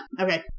Okay